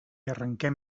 arrenquem